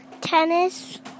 Tennis